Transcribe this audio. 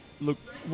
look